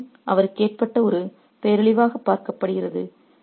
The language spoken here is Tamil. இந்த சம்மன் அவருக்கு ஏற்பட்ட ஒரு பேரழிவாக பார்க்கப்படுகிறது